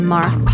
Mark